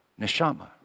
neshama